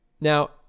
Now